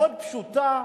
מאוד פשוטה,